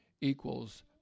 equals